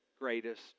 greatest